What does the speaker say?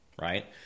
right